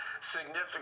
significant